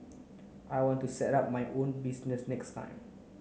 I want to set up my own business next time